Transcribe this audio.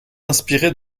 inspirés